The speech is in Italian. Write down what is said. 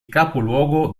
capoluogo